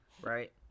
right